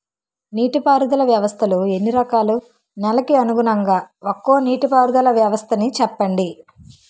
నీటి పారుదల వ్యవస్థలు ఎన్ని రకాలు? నెలకు అనుగుణంగా ఒక్కో నీటిపారుదల వ్వస్థ నీ చెప్పండి?